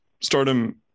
stardom